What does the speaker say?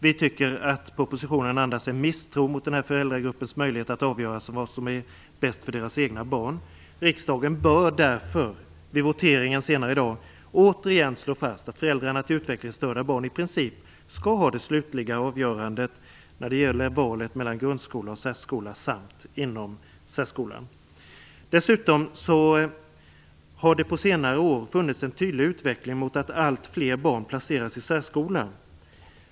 Vi tycker att propositionen andas en misstro mot den här föräldragruppens möjligheter att avgöra vad som är bäst för deras egna barn. Riksdagen bör därför vid voteringen senare i dag återigen slå fast att föräldrarna till utvecklingsstörda barn i princip skall ha det slutliga avgörandet när det gäller valet mellan grundskola och särskola samt inom särskolan. Dessutom har det på senare år funnits en tydligt utveckling mot att allt fler barn placeras i särskola.